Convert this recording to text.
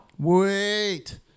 Wait